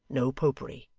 no popery.